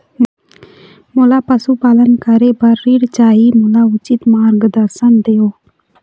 मोला पशुपालन करे बर ऋण चाही, मोला उचित मार्गदर्शन देव?